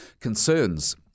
concerns